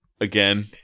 again